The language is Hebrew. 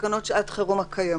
תקנות שעת חירום הקיימות.